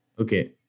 Okay